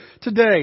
today